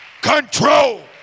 Control